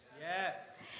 Yes